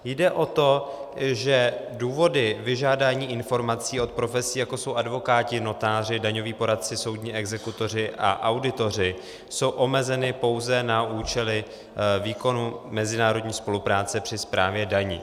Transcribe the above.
Jde o to, že důvody vyžádání informací od profesí, jako jsou advokáti, notáři, daňoví poradci, soudní exekutoři a auditoři, jsou omezeny pouze na účely výkonu mezinárodní spolupráce při správě daní.